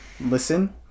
Listen